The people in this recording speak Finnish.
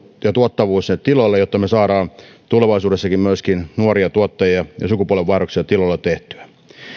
ja tuottavuus sinne tiloille jotta me saamme tulevaisuudessakin myöskin nuoria tuottajia ja ja sukupolvenvaihdoksia tiloilla tehtyä